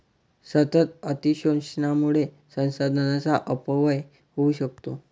सतत अतिशोषणामुळे संसाधनांचा अपव्यय होऊ शकतो